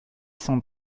sans